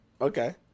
okay